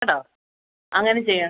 കേട്ടോ അങ്ങനെ ചെയ്യുക